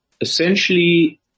essentially